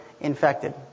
infected